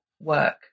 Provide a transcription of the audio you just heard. work